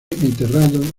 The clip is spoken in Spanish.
enterrado